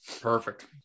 Perfect